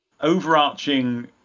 overarching